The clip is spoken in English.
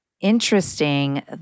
interesting